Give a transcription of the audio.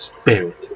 Spirit